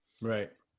Right